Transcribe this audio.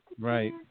Right